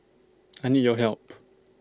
I need your help